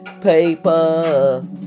paper